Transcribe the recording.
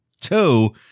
two